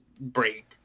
break